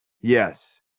Yes